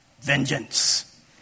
Vengeance